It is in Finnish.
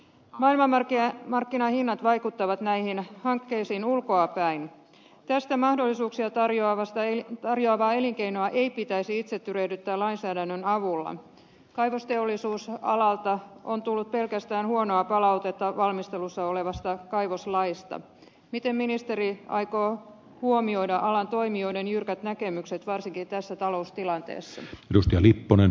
aina näkee markkinahinnat vaikuttavat näihin hankkeisiin ulkoapäin tästä mahdollisuuksia tarjoavasta ei korjaavaa elinkeinoa ei pitäisi itse tyrehdyttää lainsäädännön avulla kaivosteollisuus on alalta on tullut pelkästään huonoa palautetta valmistelussa olevasta kaivoslaista pitää ministeriö aikoo huomioida alan toimijoiden jyrkät näkemykset varsinkin tässä taloustilanteessa edusti lipponen